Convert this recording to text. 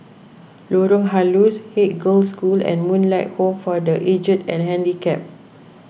Lorong Halus Haig Girls' School and Moonlight Home for the Aged and Handicapped